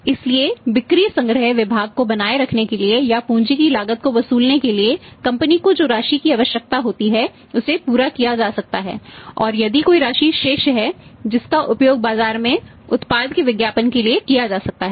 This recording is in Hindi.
इसलिए बिक्री संग्रह विभाग को बनाए रखने के लिए या पूंजी की लागत को वसूलने के लिए कंपनी को जो राशि की आवश्यकता होती है उसे पूरा किया जा सकता है और यदि कोई राशि शेष है जिसका उपयोग बाजार में उत्पाद के विज्ञापन के लिए किया जा सकता है